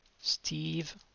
Steve